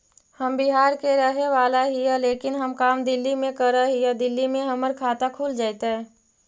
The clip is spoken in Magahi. हम बिहार के रहेवाला हिय लेकिन हम काम दिल्ली में कर हिय, दिल्ली में हमर खाता खुल जैतै?